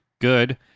good